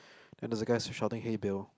and there's a guy shouting hey Bill